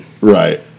Right